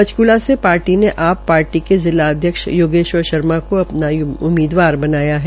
पंचकुला से पार्टी ने आम पार्टी के जिला अध्यक्ष योगेश्वर शर्मा को उम्मीदवार बनाया है